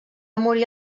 morir